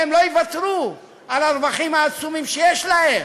הם לא יוותרו על הרווחים העצומים שיש להם.